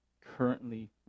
currently